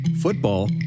football